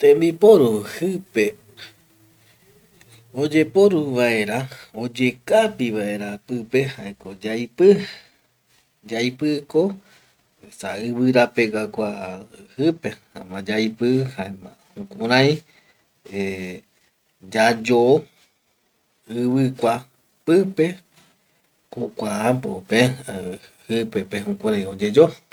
Tembiporu jipe oyeporu vaera oyekapi vaera pipe jaeko yaipi, yaipiko esa ivirapegua kua jipe, jaema jukurai eh yayo ivikua pipe jokua apope jare jipepe jukurai oyeyo